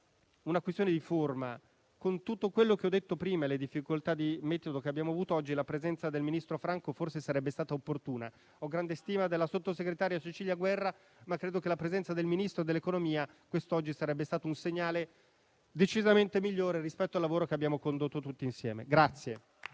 una questione di forma: con tutto quello che ho detto prima e le difficoltà di metodo che abbiamo avuto, la presenza del ministro Franco oggi forse sarebbe stata opportuna. Ho grande stima della sottosegretaria Cecilia Guerra, ma la presenza del Ministro dell'economia quest'oggi sarebbe stata un segnale decisamente migliore rispetto al lavoro che abbiamo condotto tutti insieme.